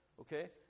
okay